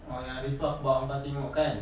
oh yang hari itu aku bawa kau tengok kan